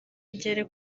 igere